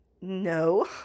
no